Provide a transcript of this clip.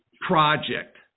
project